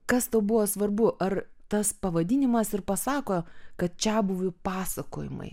kas tau buvo svarbu ar tas pavadinimas ir pasako kad čiabuvių pasakojimai